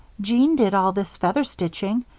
jean did all this feather-stitching,